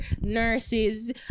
nurses